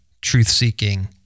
truth-seeking